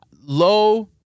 low